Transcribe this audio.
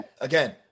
again